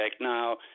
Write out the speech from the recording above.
now –